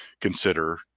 consider